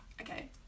okay